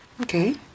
Okay